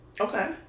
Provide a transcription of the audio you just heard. Okay